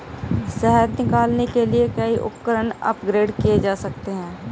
शहद निकालने के लिए कई उपकरण अपग्रेड किए जा सकते हैं